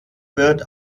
wird